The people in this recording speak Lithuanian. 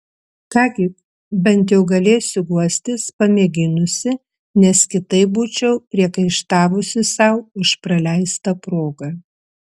ką gi bent jau galėsiu guostis pamėginusi nes kitaip būčiau priekaištavusi sau už praleistą progą